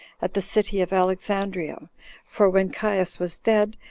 at the city of alexandria for when caius was dead,